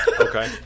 Okay